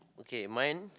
okay mine